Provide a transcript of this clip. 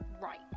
right